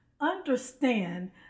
Understand